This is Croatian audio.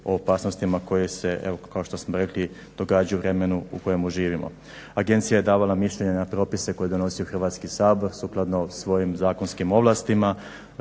o opasnostima koje se, evo kao što smo rekli događaju u vremenu u kojemu živimo. Agencija je davala mišljenja na propise koje je donosio Hrvatski sabor sukladno svojim zakonskim ovlastima.